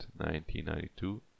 1992